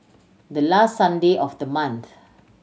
the last Sunday of the month